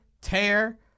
tear